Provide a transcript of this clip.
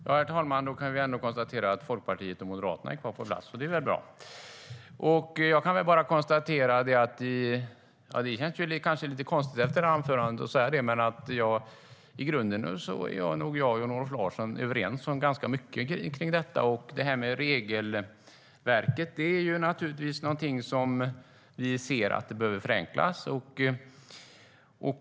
Herr talman! Då kan vi konstatera att Folkpartiet och Moderaterna är kvar på plats, och det är ju bra. Det känns kanske lite konstigt att efter detta anförande säga att i grunden är nog jag och Jan-Olof Larsson överens om ganska mycket. Regelverket behöver naturligtvis förenklas.